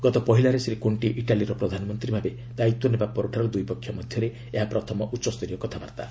ଗତ ପହିଲାରେ ଶ୍ରୀ କୋର୍ଷ୍ଣି ଇଟାଲୀର ପ୍ରଧାନମନ୍ତ୍ରୀ ଭାବେ ଦାୟିତ୍ୱ ନେବା ପରଠାରୁ ଦୁଇ ପକ୍ଷ ମଧ୍ୟରେ ଏହା ପ୍ରଥମ ଉଚ୍ଚସ୍ତରୀୟ କଥାବାର୍ତ୍ତା